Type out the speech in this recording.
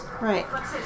Right